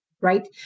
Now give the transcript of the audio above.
right